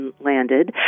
landed